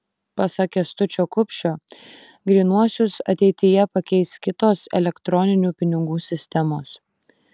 pasak kęstučio kupšio grynuosius ateityje pakeis kitos elektroninių pinigų sistemos